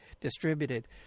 distributed